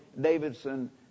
Davidson